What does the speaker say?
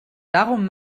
darum